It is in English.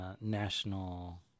National